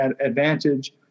advantage